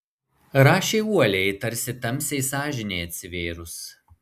rašė uoliai tarsi tamsiai sąžinei atsivėrus